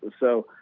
so,